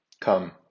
Come